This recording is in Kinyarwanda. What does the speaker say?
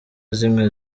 zimwe